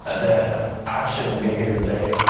ah that ah i shouldn't be here today.